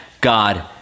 God